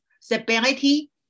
stability